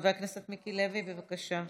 חבר הכנסת מיקי לוי, בבקשה.